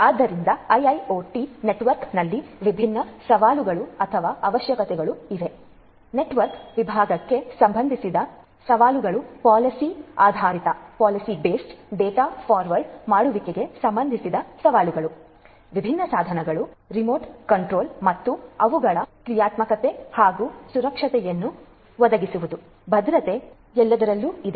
ಆದ್ದರಿಂದ ಐಐಒಟಿ ನೆಟ್ವರ್ಕ್ನಲ್ಲಿ ವಿಭಿನ್ನ ಸವಾಲುಗಳು ಅಥವಾ ಅವಶ್ಯಕತೆಗಳು ಇವೆ ನೆಟ್ವರ್ಕ್ ವಿಭಾಗಕ್ಕೆ ಸಂಬಂಧಿಸಿದ ಸವಾಲುಗಳು ಪಾಲಿಸಿ ಆಧಾರಿತ ಡೇಟಾ ಫಾರ್ವರ್ಡ್ ಮಾಡುವಿಕೆಗೆ ಸಂಬಂಧಿಸಿದ ಸವಾಲುಗಳು ವಿಭಿನ್ನ ಸಾಧನಗಳ ರಿಮೋಟ್ ಕಂಟ್ರೋಲ್ ಮತ್ತು ಅವುಗಳ ಕ್ರಿಯಾತ್ಮಕತೆ ಮತ್ತು ಸುರಕ್ಷತೆಯನ್ನು ಒದಗಿಸುವುದು ಭದ್ರತೆ ಎಲ್ಲದರಲ್ಲೂ ಇದೆ